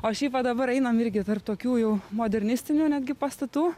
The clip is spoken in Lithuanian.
o šiaip va dabar einam irgi tarp tokių jau modernistinių netgi pastatų